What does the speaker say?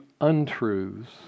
untruths